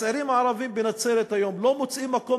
הצעירים הערבים בנצרת היום לא מוצאים מקום